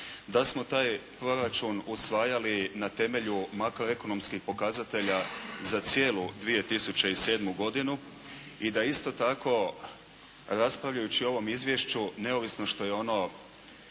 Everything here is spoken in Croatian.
da smo taj proračun usvajali na temelju makroekonomskih pokazatelja za cijelu 2007. godinu i da isto tako raspravljajući o ovom izvješću neovisno što je ono